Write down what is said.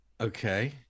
okay